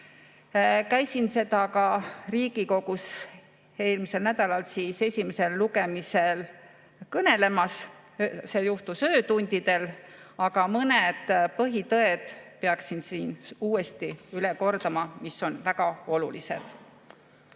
Käisin sellest ka Riigikogus eelmisel nädalal esimesel lugemisel kõnelemas. See juhtus öötundidel ja mõned põhitõed peaksin siin uuesti üle kordama, sest need on väga olulised. Hea